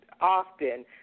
often